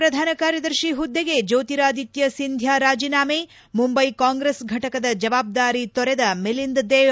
ಪ್ರಧಾನ ಕಾರ್ಯದರ್ಶಿ ಹುದ್ದೆಗೆ ಜ್ಯೋತಿರಾಧಿತ್ವ ಸಿಂಧ್ವಾ ರಾಜೀನಾಮೆ ಮುಂಬೈ ಕಾಂಗ್ರೆಸ್ ಫಟಕದ ಜವಾಬ್ದಾರಿ ತೊರೆದ ಮಿಲಿಂದ್ ದೇವೂರ